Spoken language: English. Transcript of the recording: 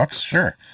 Sure